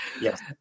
yes